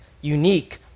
unique